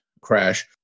crash